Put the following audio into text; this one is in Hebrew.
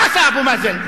מה עשה אבו מאזן?